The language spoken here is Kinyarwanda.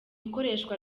ikoreshwa